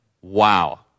Wow